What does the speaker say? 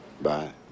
Bye